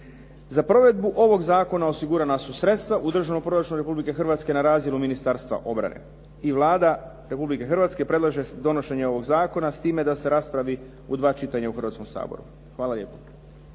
Za provedbu ovog zakona osigurana su sredstva u Državnom proračunu Republike Hrvatske na razinu Ministarstva obrane i Vlada Republike Hrvatske predlaže donošenje ovog zakona s time da se raspravi u dva čitanja u Hrvatskom saboru. Hvala lijepo.